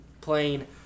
playing